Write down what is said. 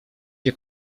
się